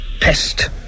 pest